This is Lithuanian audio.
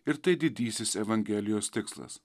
ir tai didysis evangelijos tikslas